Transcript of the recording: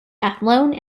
athlone